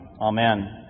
Amen